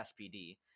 SPD